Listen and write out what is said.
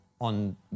on